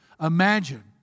Imagine